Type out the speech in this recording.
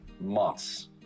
months